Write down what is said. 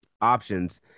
options